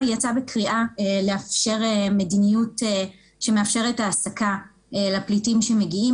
היא יצאה בקריאה למדיניות שמאפשרת העסקה לפליטים שמגיעים.